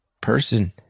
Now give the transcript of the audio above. person